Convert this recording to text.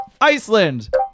Iceland